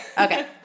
Okay